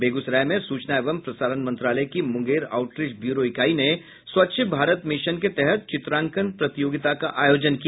बेगूसराय में सूचना एवं प्रसारण मंत्रालय की मुंगेर आउटरीच ब्यूरो इकाई ने स्वच्छ भारत मिशन के तहत चित्रांकन प्रतियोगिता का आयोजन किया